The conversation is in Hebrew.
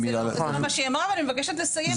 אני מבקשת לסיים.